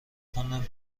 خوندم